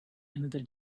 another